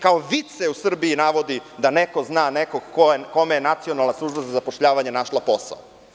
Kao vic se u Srbiji navodi da neko zna nekog kome je Nacionalna služba za zapošljavanje našla posao.